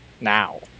now